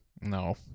No